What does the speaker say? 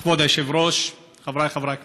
כבוד היושב-ראש, חבריי חברי הכנסת,